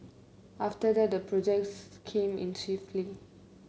after that the projects came in swiftly